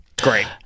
Great